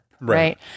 right